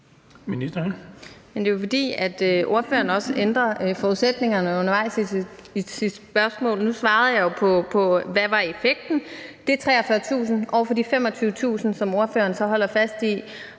det er jo, fordi ordføreren også ændrer forudsætningerne undervejs i sit spørgsmål. Nu svarede jeg jo på, hvad effekten var; det er 43.000 over for de 25.000, som ordføreren så holder fast i.